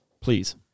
Please